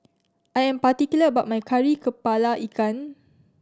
I am particular about my Kari Kepala Ikan